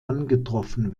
angetroffen